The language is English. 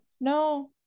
No